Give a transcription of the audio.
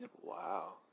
Wow